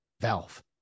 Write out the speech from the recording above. Valve